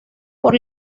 por